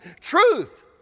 truth